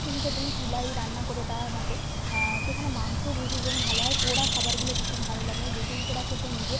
যে দিদা তুমি চুলায় রান্না করে দাও আমাকে সেখানে মাংসও প্রচুর পরিমাণে ভালো হয় পোড়া খাবারগুলো ভীষণ ভালো লাগে আমি বেগুন পোড়া খেতে নিজে